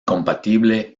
compatible